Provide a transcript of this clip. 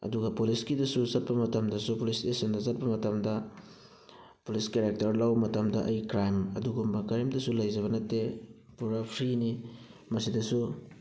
ꯑꯗꯨꯒ ꯄꯨꯂꯤꯁꯀꯤꯗꯁꯨ ꯄꯠꯄ ꯃꯇꯝꯗꯁꯨ ꯄꯨꯂꯤꯁ ꯏꯁꯇꯦꯁꯟꯗ ꯆꯠꯄ ꯃꯇꯝꯗ ꯄꯨꯂꯤꯁ ꯀꯦꯔꯦꯛꯇꯔ ꯂꯧꯕ ꯃꯇꯝꯗ ꯑꯩ ꯀ꯭ꯔꯥꯝ ꯑꯗꯨꯒꯨꯝꯕ ꯀꯔꯤꯝꯇꯁꯨ ꯂꯩꯖꯕ ꯅꯠꯇꯦ ꯄꯨꯔꯥ ꯐ꯭ꯔꯤꯅꯤ ꯃꯁꯤꯗꯁꯨ